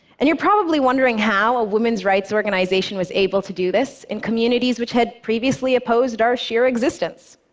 and you're probably wondering how a women's rights organization was able to do this in communities which had previously opposed our sheer existence.